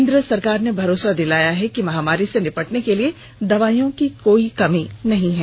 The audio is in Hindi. केन्द्र सरकार ने भरोसा दिलाया है कि महामारी से निपटने के लिए दवाइयों की कोई कमी नहीं है